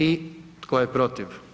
I tko je protiv?